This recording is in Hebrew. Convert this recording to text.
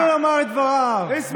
חברי הכנסת, תנו לו לומר את דבריו בנחת.